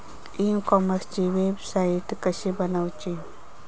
E कॉमर्सची website कशी बनवची?